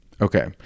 Okay